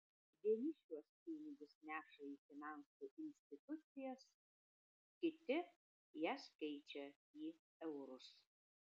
vieni šiuos pinigus neša į finansų institucijas kiti jas keičia į eurus